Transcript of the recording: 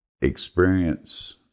experience